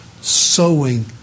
sowing